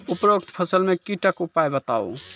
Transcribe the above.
उपरोक्त फसल मे कीटक उपाय बताऊ?